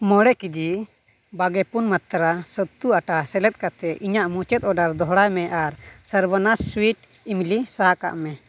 ᱢᱚᱬᱮ ᱠᱮᱡᱤ ᱮᱥ ᱵᱟᱜᱮ ᱯᱩᱱ ᱢᱟᱛᱱᱨᱟ ᱥᱟᱛᱛᱩ ᱟᱴᱟ ᱥᱮᱞᱮᱫ ᱠᱟᱛᱮᱫ ᱤᱧᱟᱹᱜ ᱢᱩᱪᱟᱹᱫ ᱚᱨᱰᱟᱨ ᱫᱚᱦᱲᱟᱭᱢᱮ ᱟᱨ ᱥᱚᱨᱵᱚᱱᱟᱥ ᱥᱩᱭᱤᱴ ᱤᱢᱞᱤ ᱥᱟᱦᱟ ᱠᱟᱜ ᱢᱮ